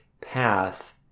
path